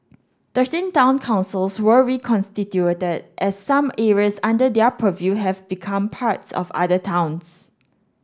thirteen town councils were reconstituted as some areas under their purview have become parts of other towns